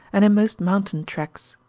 and in most mountain-tracts.